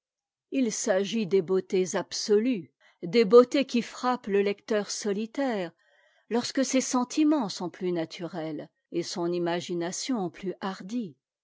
h exige des beautés absolues des beautés qui frappent le lecteur solitaire lorsque ses sentiments sont plus naturels et son imagination plus hardie